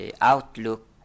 outlook